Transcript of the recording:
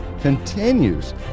continues